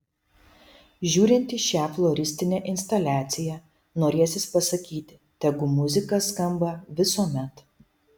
žiūrint į šią floristinę instaliaciją norėsis pasakyti tegu muzika skamba visuomet